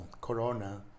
corona